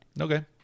Okay